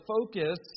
focus